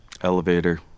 Elevator